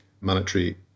monetary